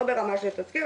לא ברמה של תסקיר,